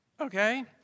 Okay